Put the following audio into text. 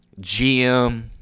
GM